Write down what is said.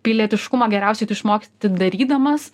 pilietiškumą geriausiai tu išmoksti darydamas